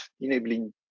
enabling